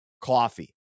coffee